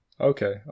Okay